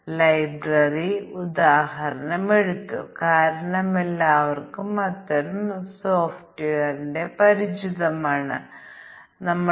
ഞാൻ പറഞ്ഞു ഏറ്റവും ലളിതമായത് കാരണം അതിരുകൾക്കുള്ളിലെ മൂല്യം എന്ന മറ്റൊരു മൂല്യവും ഞങ്ങൾ പരിഗണിക്കേണ്ടതുണ്ട്